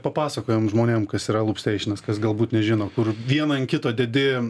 papasakojom žmonėm kas yra lupsteišenas kas galbūt nežino kur vieną ant kito dedi